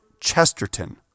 Chesterton